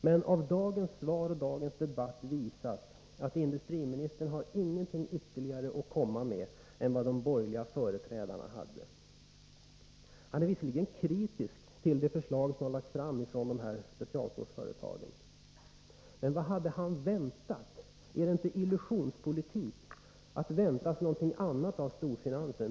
Men dagens interpellationssvar och dagens debatt visar att industriministern inte har någonting ytterligare att komma med än vad de borgerliga företrädarna hade. Han är visserligen kritisk till de förslag som har lagts fram från specialstålsföretagen, men vad hade han väntat? Är det inte illusionspolitik att vänta sig något annat av storfinansen?